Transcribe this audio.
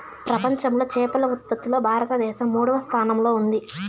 ప్రపంచంలో చేపల ఉత్పత్తిలో భారతదేశం మూడవ స్థానంలో ఉంది